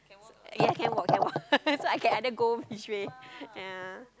yeah I can walk so I can either go each way ya